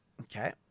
Okay